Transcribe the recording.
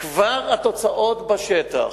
כבר התוצאות בשטח: